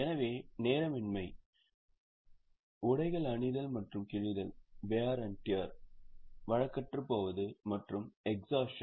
எனவே நேரமின்மை உடைகள் அணிதல் மற்றும் கிழிதல் வழக்கற்றுப்போவது மற்றும் எக்ஸாஷன்